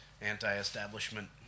anti-establishment